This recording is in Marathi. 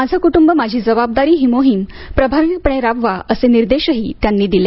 माझं कुटुंब माझी जबाबदारी ही मोहीम प्रभावीपणे राबवा असे निर्देशही त्यांनी दिले